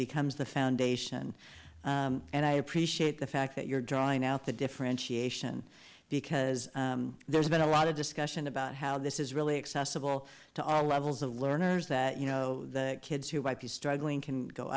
becomes the foundation and i appreciate the fact that you're drawing out the differentiation because there's been a lot of discussion about how this is really accessible to all levels of learners that you know the kids who might be struggling can go